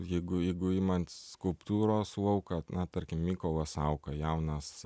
jeigu jeigu imant skulptūros lauką na tarkim mykolas sauka jaunas